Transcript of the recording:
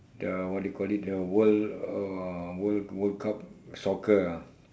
the what do you call it the world uh world world cup soccer ah